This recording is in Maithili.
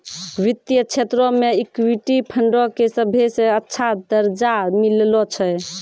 वित्तीय क्षेत्रो मे इक्विटी फंडो के सभ्भे से अच्छा दरजा मिललो छै